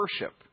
worship